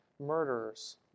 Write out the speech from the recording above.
murderers